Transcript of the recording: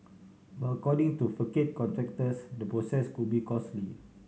but according to facade contractors the process could be costly